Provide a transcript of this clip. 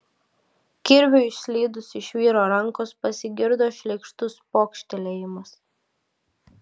kirviui išslydus iš vyro rankos pasigirdo šleikštus pokštelėjimas